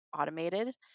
automated